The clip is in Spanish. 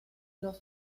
los